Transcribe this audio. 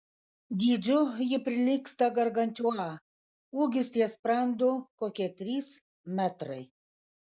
dydžiu ji prilygsta gargantiua ūgis ties sprandu kokie trys metrai